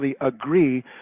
agree